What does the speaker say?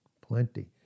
plenty